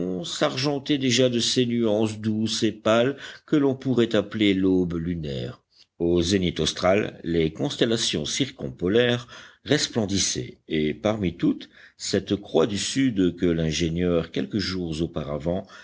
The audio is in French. s'argentait déjà de ces nuances douces et pâles que l'on pourrait appeler l'aube lunaire au zénith austral les constellations circumpolaires resplendissaient et parmi toutes cette croix du sud que l'ingénieur quelques jours auparavant